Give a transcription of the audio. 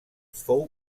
fou